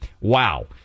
Wow